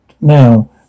now